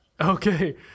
okay